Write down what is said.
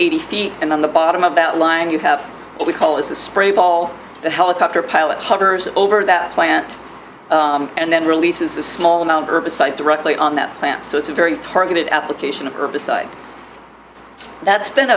eighty feet and on the bottom of that line you have what we call a spray of all the helicopter pilot hovers over that plant and then releases a small amount herbicide directly on that plant so it's a very targeted application of herbicide that's been